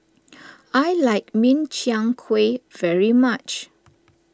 I like Min Chiang Kueh very much